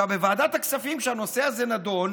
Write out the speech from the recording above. עכשיו בוועדת הכספים, כשהנושא הזה נדון,